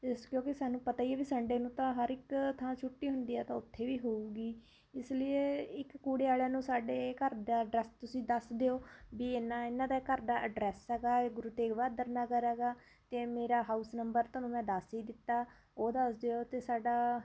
ਕਿਉਂਕਿ ਸਾਨੂੰ ਪਤਾ ਹੀ ਆ ਵੀ ਸੰਡੇ ਨੂੰ ਤਾਂ ਹਰ ਇੱਕ ਥਾਂ ਛੁੱਟੀ ਹੁੰਦੀ ਆ ਤਾਂ ਉੱਥੇ ਵੀ ਹੋਵੇਗੀ ਇਸ ਲੀਏ ਇੱਕ ਕੂੜੇ ਵਾਲਿਆਂ ਨੂੰ ਸਾਡੇ ਘਰ ਦਾ ਅਡਰੈਸ ਤੁਸੀਂ ਦੱਸ ਦਿਓ ਵੀ ਇੰਨਾਂ ਇਹਨਾਂ ਦਾ ਘਰ ਦਾ ਐਡਰੈਸ ਹੈਗਾ ਗੁਰੂ ਤੇਗ ਬਹਾਦਰ ਨਗਰ ਹੈਗਾ ਅਤੇ ਮੇਰਾ ਹਾਊਸ ਨੰਬਰ ਤੁਹਾਨੂੰ ਮੈਂ ਦੱਸ ਹੀ ਦਿੱਤਾ ਉਹ ਦੱਸ ਦਿਓ ਅਤੇ ਸਾਡਾ